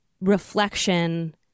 reflection